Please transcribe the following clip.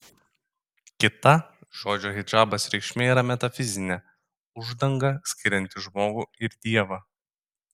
kita žodžio hidžabas reikšmė yra metafizinė uždanga skirianti žmogų ir dievą